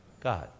God